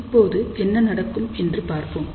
இப்போது என்ன நடக்கும் என்று பார்ப்போம்